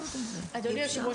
אדוני יושב הראש,